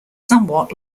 somewhat